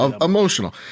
Emotional